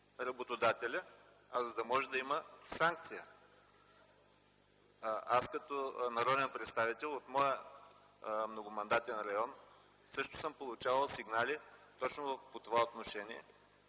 работодателя, а за да може да има санкция. Аз като народен представител от моя многомандатен район също съм получавал сигнали точно в това отношение